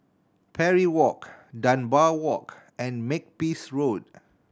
Parry Walk Dunbar Walk and Makepeace Road